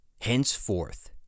Henceforth